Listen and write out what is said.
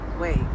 Wait